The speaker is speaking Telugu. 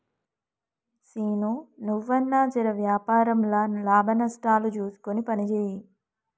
సీనూ, నువ్వన్నా జెర వ్యాపారంల లాభనష్టాలు జూస్కొని పనిజేయి